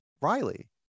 Riley